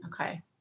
Okay